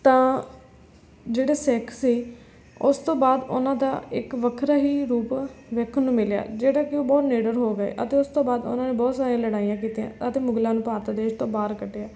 ਤਾਂ ਜਿਹੜੇ ਸਿੱਖ ਸੀ ਉਸ ਤੋਂ ਬਾਅਦ ਉਨ੍ਹਾਂ ਦਾ ਇੱਕ ਵੱਖਰਾ ਹੀ ਰੂਪ ਵੇਖਣ ਨੂੰ ਮਿਲਿਆ ਜਿਹੜੇ ਕਿ ਉਹ ਬਹੁਤ ਨਿਡਰ ਹੋ ਗਏ ਅਤੇ ਉਸ ਤੋਂ ਉਨ੍ਹਾਂ ਨੇ ਬਹੁਤ ਸਾਰੀਆਂ ਲੜਾਈਆਂ ਕੀਤੀਆਂ ਅਤੇ ਮੁਗਲਾਂ ਨੂੰ ਭਾਰਤ ਦੇਸ਼ ਤੋਂ ਬਾਹਰ ਕੱਢਿਆ